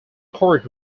court